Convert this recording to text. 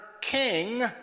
king